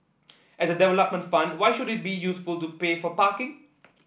as a development fund why should it be useful to pay for parking